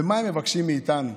ומה הם מבקשים מאיתנו?